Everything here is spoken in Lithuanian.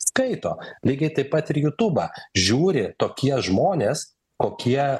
skaito lygiai taip pat ir jutūbą žiūri tokie žmonės kokie